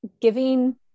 giving